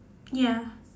ya